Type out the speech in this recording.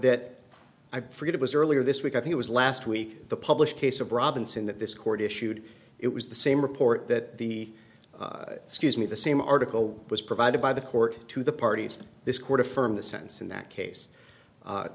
that i forget it was earlier this week i think it was last week the published case of robinson that this court issued it was the same report that the scuse me the same article was provided by the court to the parties this court affirmed the sense in that case